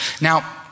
Now